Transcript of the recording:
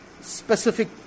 specific